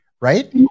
Right